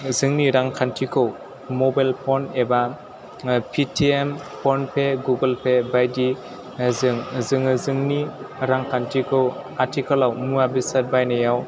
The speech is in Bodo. जोंनि रांखान्थिखौ मबाइल फन एबा Paytm PhonePe Google Pay बायदिजों जोङो जोंनि रांखान्थिखौ आथिखालाव मुवा बेसाद बायनायाव